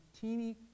teeny